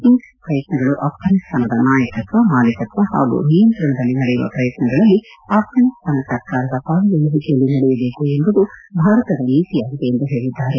ಇಂತಪ ಪ್ರಯತ್ನಗಳು ಅಫ್ಟಾನಿಸ್ತಾನದ ನಾಯಕತ್ವ ಮಾಲೀಕತ್ವ ಪಾಗೂ ನಿಯಂತ್ರಣದಲ್ಲಿ ನಡೆಯುವ ಪ್ರಯತ್ನಗಳಲ್ಲಿ ಅಫ್ರಾನಿಸ್ತಾನ ಸರ್ಕಾರದ ಪಾಲ್ಗೊಳ್ಳುವಿಕೆಯಲ್ಲಿ ನಡೆಯಬೇಕು ಎಂಬುದು ಭಾರತದ ನೀತಿಯಾಗಿದೆ ಎಂದು ಹೇಳಿದ್ದಾರೆ